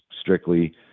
strictly